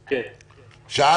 אפרת,